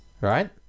right